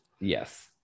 Yes